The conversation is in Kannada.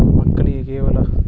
ಮಕ್ಕಳಿಗೆ ಕೇವಲ